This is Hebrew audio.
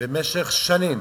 במשך שנים,